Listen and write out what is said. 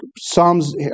Psalms